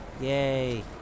Yay